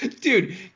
Dude